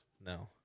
No